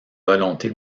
volonté